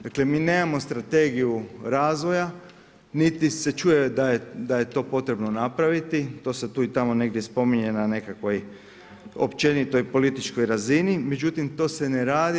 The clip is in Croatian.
Dakle mi nemamo strategiju razvoja niti se čuje da je potrebno napraviti, to se tamo spominje na nekakvoj općenitoj političkoj razini, međutim to se ne radi.